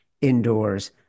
Indoors